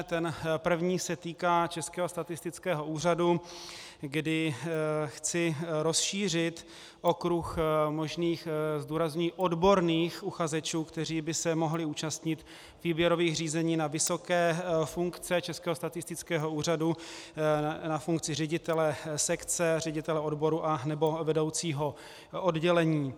Ten první se týká Českého statistického úřadu, kdy chci rozšířit okruh možných, zdůrazňuji odborných uchazečů, kteří by se mohli účastnit výběrových řízení na vysoké funkce Českého statistického úřadu na funkci ředitele sekce, ředitele odboru nebo vedoucího oddělení.